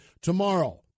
Tomorrow